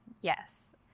yes